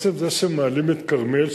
עצם זה שמעלים את כרמיאל,